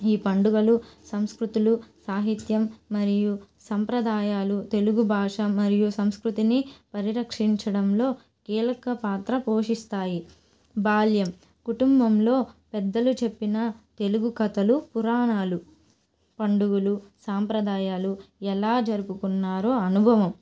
ఈ పండుగలు సంస్కృతులు సాహిత్యం మరియు సంప్రదాయాలు తెలుగు భాష మరియు సంస్కృతిని పరిరక్షించడంలో కీలక పాత్ర పోషిస్తాయి బాల్యం కుటుంబంలో పెద్దలు చెప్పిన తెలుగు కథలు పురాణాలు పండుగలు సాంప్రదాయాలు ఎలా జరుపుకున్నారో అనుభవం